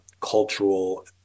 cultural